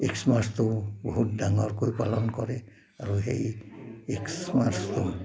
এক্সমাছটো বহুত ডাঙৰকৈ পালন কৰে আৰু সেই এক্সমাছটো